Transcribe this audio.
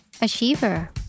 Achiever